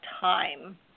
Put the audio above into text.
time